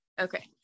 okay